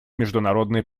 международной